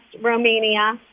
Romania